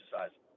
exercise